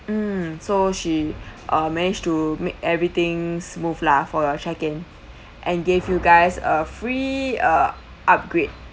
hmm so she uh manage to make everything smooth lah for your check in and gave you guys a free uh upgrade